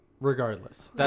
Regardless